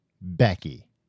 Becky